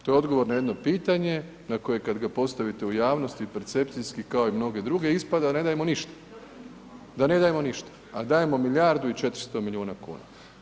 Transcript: To je odgovor na jedno pitanje na koje kada ga postavite u javnosti i percepcijski kao i mnoge druge ispada da ne dajemo ništa, da ne dajemo ništa, a dajemo milijardu i 400 milijuna kuna.